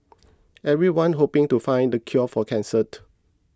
everyone's hoping to find the cure for cancer to